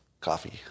coffee